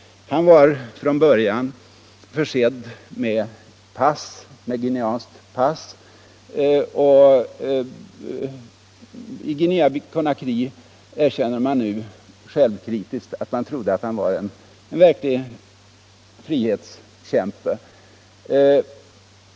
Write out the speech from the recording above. Han var från början försedd med guineanskt pass, och i Guinea-Conakry erkänner man nu självkritiskt att man trodde att han var en verklig frihetskämpe.